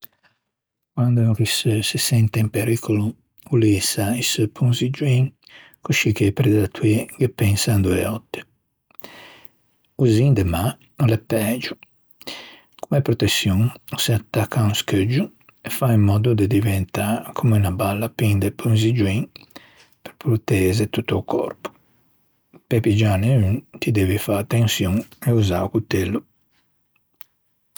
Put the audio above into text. Quande o risseu o se sente in pericolo o l'ïsa i seu ponziggioin coscì che i predatoî ghe pensan doe òtte. O zin de mâ o l'é pægio. Comme proteçion o se attacca à un scheuggio e fa in mòddo de diventâ comme unna balla piña de ponziggioin pe proteze tutto o còrpo. Pe piggiâne un ti devi fâ attençion e usâ o cotello.